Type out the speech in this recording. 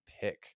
pick